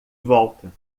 volta